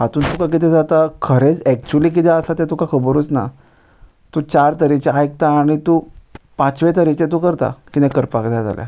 हातूंत तुका कितें जाता खरेंच एक्चुली कितें आसा तें तुका खबरूच ना तूं चार तरेचे आयकता आनी तूं पांचवे तरेचे तूं करता कितें करपाक जाय जाल्यार